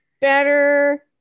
better